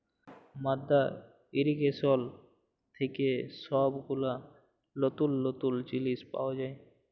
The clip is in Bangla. মাদ্দা ইর্রিগেশন থেক্যে সব গুলা লতুল লতুল জিলিস পাওয়া যায়